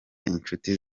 inshuti